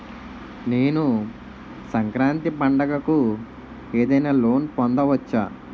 నేను సంక్రాంతి పండగ కు ఏదైనా లోన్ పొందవచ్చా?